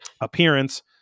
appearance